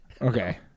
okay